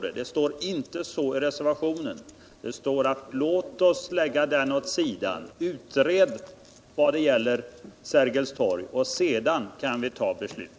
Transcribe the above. Och det står inte så i reservationen, Det står: Låt oss lägga förslaget om återflyttning åt sidan och göra en utredning vad gäller Sergels torg — sedan kan vi fatta beslut.